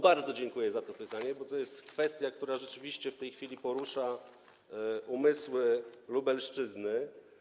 Bardzo dziękuję za to pytanie, bo to jest kwestia, która rzeczywiście w tej chwili porusza umysły na Lubelszczyźnie.